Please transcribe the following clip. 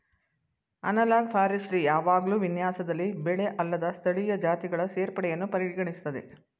analogue forestry ಯಾವಾಗ್ಲೂ ವಿನ್ಯಾಸದಲ್ಲಿ ಬೆಳೆಅಲ್ಲದ ಸ್ಥಳೀಯ ಜಾತಿಗಳ ಸೇರ್ಪಡೆಯನ್ನು ಪರಿಗಣಿಸ್ತದೆ